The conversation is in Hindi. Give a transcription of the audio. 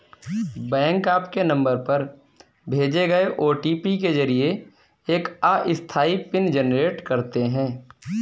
बैंक आपके नंबर पर भेजे गए ओ.टी.पी के जरिए एक अस्थायी पिन जनरेट करते हैं